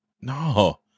No